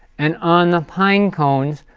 and on the pine cones,